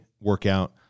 workout